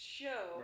show